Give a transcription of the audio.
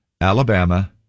Alabama